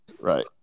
Right